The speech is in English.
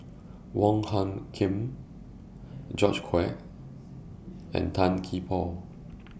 Wong Hung Khim George Quek and Tan Gee Paw